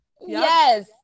yes